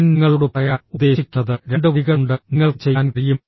ഞാൻ നിങ്ങളോട് പറയാൻ ഉദ്ദേശിക്കുന്നത് 2 വഴികളുണ്ട് നിങ്ങൾക്ക് ചെയ്യാൻ കഴിയും